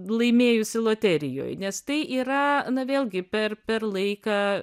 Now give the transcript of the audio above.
laimėjusi loterijoj nes tai yra na vėlgi per per laiką